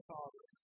Father